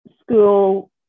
school